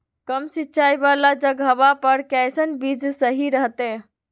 कम सिंचाई वाला जगहवा पर कैसन बीज सही रहते?